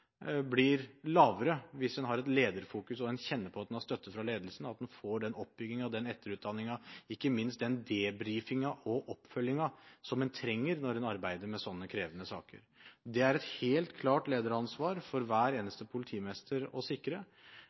blir mindre hvis en har et lederfokus, og en kjenner på at en har støtte fra ledelsen, at en får den oppbyggingen, den etterutdanningen og ikke minst den debrifingen og oppfølgingen som en trenger når en arbeider med sånne krevende saker. Det er et helt klart lederansvar for hver eneste politimester å sikre